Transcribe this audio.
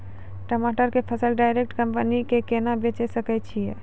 टमाटर के फसल डायरेक्ट कंपनी के केना बेचे सकय छियै?